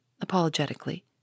apologetically